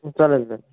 चालेल चालेल